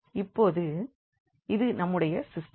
இப்போது இது நம்முடைய சிஸ்டம்